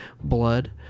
blood